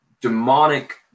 demonic